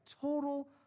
total